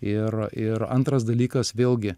ir ir antras dalykas vėlgi